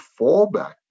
fallback